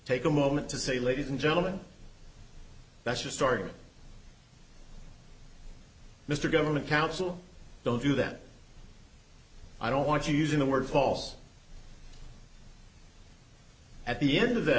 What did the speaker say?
take a moment to say ladies and gentlemen that's a start mr government counsel don't do that i don't want you using the word false at the end of that